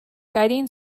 guiding